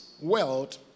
world